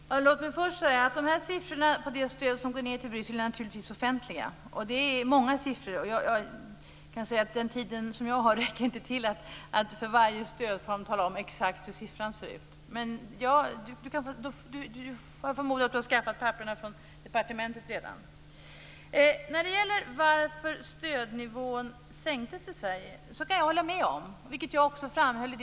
Fru talman! Låt mig först säga att siffrorna för det stöd som går till Bryssel naturligtvis är offentliga. Det är många siffror, och den tid jag har räcker inte till för att för varje stödform tala om exakt hur siffran ser ut. Jag förmodar att Eskil Erlandsson redan har skaffat papperen från departementet. När det gäller frågan om varför stödnivån sänktes i Sverige kan jag hålla med om att EU-kommissionen bar en stor skuld.